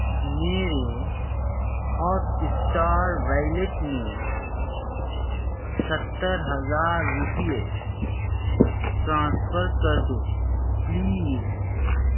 میرے Hotstar wallet میں ستر ہزار روپیے ٹرانسفر کر دو پلیز